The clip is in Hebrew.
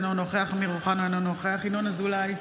אינו נוכח אמיר אוחנה, אינו נוכח ינון אזולאי,